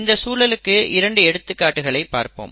இந்த சூழலுக்கு இரண்டு எடுத்துக்காட்டுகளைப் பார்க்கலாம்